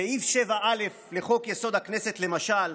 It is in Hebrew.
סעיף 7א לחוק-יסוד: הכנסת, למשל,